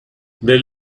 they